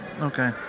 okay